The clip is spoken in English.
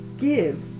give